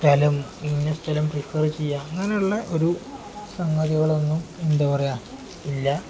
സ്ഥലം ഇന്ന സ്ഥലം പ്രിഫറ് ചെയ്യാ അങ്ങനെയുള്ള ഒരു സംഗതികളൊന്നും എന്താ പറയുക ഇല്ല